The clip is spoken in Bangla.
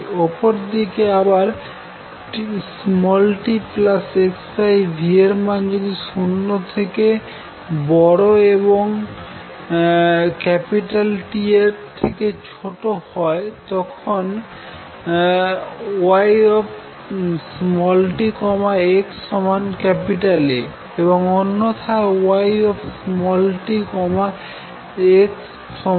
অপরদিকে আবার t x v এর মান যদি 0 এর থেকে বড় এবং T এর থেকে ছোট হয় তখন y t x A এবং অন্যথায় y t x 0